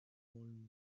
holen